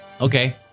Okay